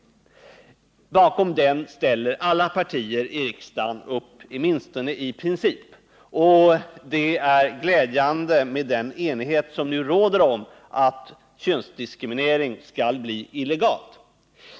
Bakom den ställer alla partier i riksdagen upp, åtminstone i princip, och det är glädjande med den enighet som nu råder om att könsdiskriminering skall bli illegal.